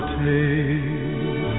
take